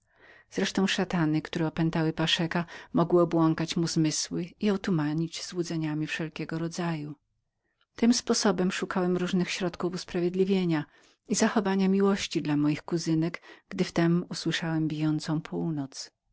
szatany które opętały paszeka mogły obłąkać mu zmysły i otumanić złudzeniami wszelkiego rodzaju tym sposobem szukałem różnych środków usprawiedliwienia i zachowania miłości dla moich kuzynek gdy wtem usłyszałem bijącą północ